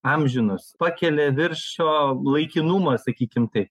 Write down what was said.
amžinus pakelia virš šio laikinumo sakykim taip